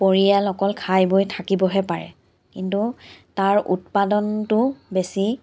পৰিয়াল অকল খাই বৈ থাকিবহে পাৰে কিন্তু তাৰ উৎপাদনটো বেছি